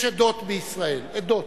יש עדות בישראל, עדות,